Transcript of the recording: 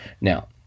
Now